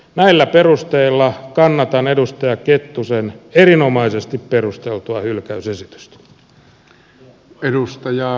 näillä perusteilla kannatan edustaja kettusen erinomaisesti perusteltua hylkäysesitystä